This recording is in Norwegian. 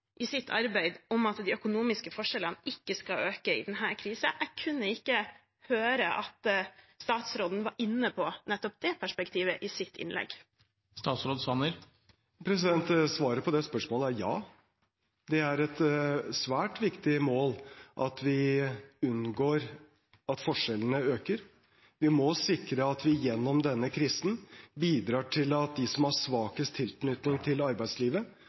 i det hele tatt har et mål i sitt arbeid om at de økonomiske forskjellene ikke skal øke i denne krisen. Jeg kunne ikke høre at statsråden var inne på nettopp det perspektivet i sitt innlegg. Svaret på det spørsmålet er ja. Det er et svært viktig mål at vi unngår at forskjellene øker. Vi må sikre at vi gjennom denne krisen bidrar til at de som har svakest tilknytning til arbeidslivet,